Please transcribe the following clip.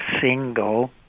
single